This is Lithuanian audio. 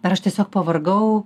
ar aš tiesiog pavargau